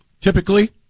Typically